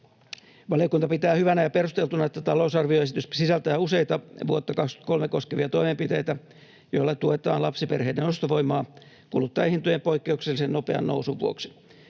Valiokunta pitää hyvänä ja perusteltuna, että talousarvioesitys sisältää useita vuotta 23 koskevia toimenpiteitä, joilla tuetaan lapsiperheiden ostovoimaa kuluttajahintojen poikkeuksellisen nopean nousun vuoksi.